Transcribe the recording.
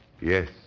Yes